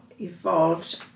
evolved